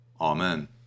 Amen